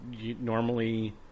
normally